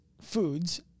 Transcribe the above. foods